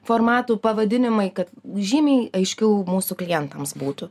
formatų pavadinimai kad žymiai aiškiau mūsų klientams būtų